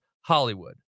Hollywood